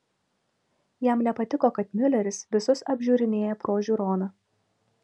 jam nepatiko kad miuleris visus apžiūrinėja pro žiūroną